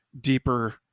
deeper